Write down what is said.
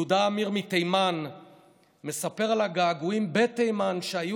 יהודה עמיר מתימן מספר על הגעגועים בתימן שהיו